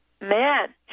Man